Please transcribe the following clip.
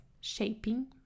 shaping